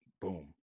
Boom